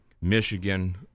Michigan